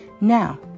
Now